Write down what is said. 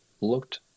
looked